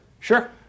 Sure